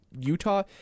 Utah